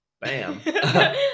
Bam